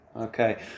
Okay